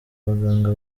baganga